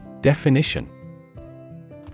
Definition